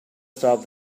stop